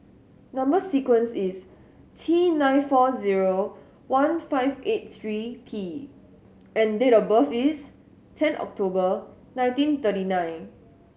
number sequence is T nine four zero one five eight three P and date of birth is ten October nineteen thirty nine